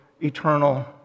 eternal